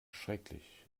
schrecklich